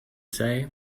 say